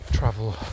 Travel